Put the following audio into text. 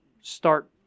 start